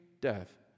death